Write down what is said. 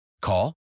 Call